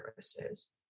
services